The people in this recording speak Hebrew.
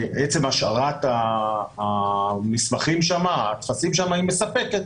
עצם השארת הטפסים שם מספקת.